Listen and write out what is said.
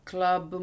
Club